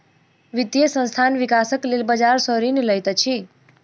वित्तीय संस्थान, विकासक लेल बजार सॅ ऋण लैत अछि